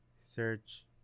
search